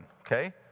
okay